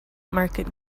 market